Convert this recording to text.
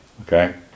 okay